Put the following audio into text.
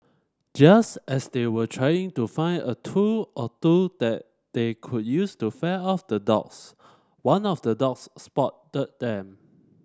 just as they were trying to find a tool or two that they could use to fend off the dogs one of the dogs spotted them